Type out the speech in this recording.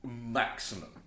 maximum